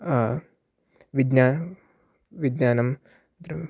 विज्ञा विज्ञानं